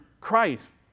Christ